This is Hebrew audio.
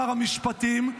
שר המשפטים,